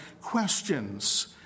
questions